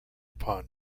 upon